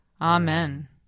Amen